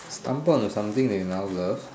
stumbled on a something that you never love